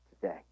today